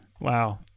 wow